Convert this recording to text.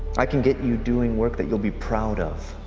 i can get you doing work that you'll be proud of.